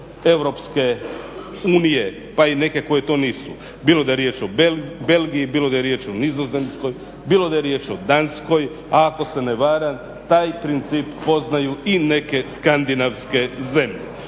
bilo da je riječ o Danskoj a ako se ne varam taj princip poznaju i neke Skandinavske zemlje.